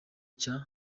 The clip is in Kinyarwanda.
cya